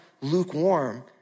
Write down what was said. lukewarm